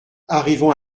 arrivons